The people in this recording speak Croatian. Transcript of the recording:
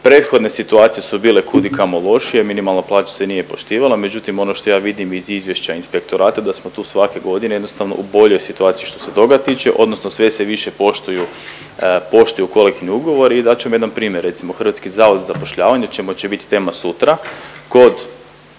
Prethodne situacije su bile kud i kamo lošije, minimalna plaća se nije poštivala, međutim ono što ja vidim iz izvješća inspektora da smo tu svake godine jednostavno u boljoj situaciji što se toga tiče odnosno sve se više poštuju kolektivni ugovori. Dat ću vam jedan primjer, recimo HZZ će bit tema sutra kod